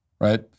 right